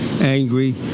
angry